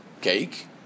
cake